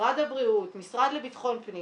משרד הבריאות והמשרד לביטחון פנים